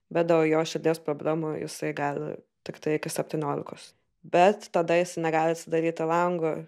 bet dėl jo širdies problemų jisai gali tiktai iki septyniolikos bet tada jisai negali atsidaryti lango